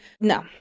No